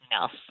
else